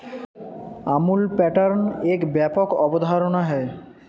Amul pattern एक व्यापक अवधारणा है